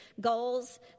goals